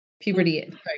puberty